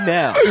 now